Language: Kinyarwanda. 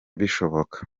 bishoboka